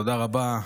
תודה רבה,